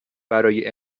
برای